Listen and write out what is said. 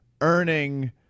earning